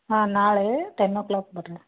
ಹಾಂ ನಾಳೆ ten o'clock ಬರ್ರಿ